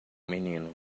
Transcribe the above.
menino